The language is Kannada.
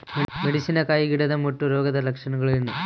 ಮೆಣಸಿನಕಾಯಿ ಗಿಡದ ಮುಟ್ಟು ರೋಗದ ಲಕ್ಷಣಗಳೇನು?